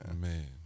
man